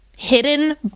hidden